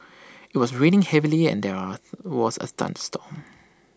IT was raining heavily and there are was A thunderstorm